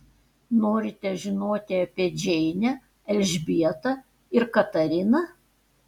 norite žinoti apie džeinę elžbietą ir katariną